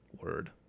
word